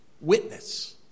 Witness